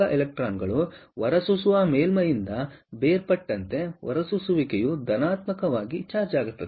ಎಲೆಕ್ಟ್ರಾನ್ಗಳು ಹೊರಸೂಸುವ ಮೇಲ್ಮೈಯಿಂದ ಬೇರ್ಪಟ್ಟಂತೆ ಹೊರಸೂಸುವಿಕೆಯು ಧನಾತ್ಮಕವಾಗಿ ಚಾರ್ಜ್ ಆಗುತ್ತದೆ